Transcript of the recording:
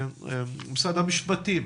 משרד המשפטים.